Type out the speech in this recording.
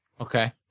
Okay